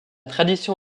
tradition